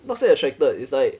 not say attracted is like